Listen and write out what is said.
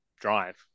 drive